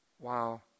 Wow